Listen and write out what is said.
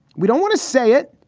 we don't want to say it.